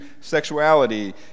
sexuality